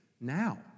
now